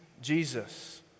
Jesus